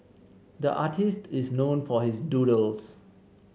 the artist is known for his doodles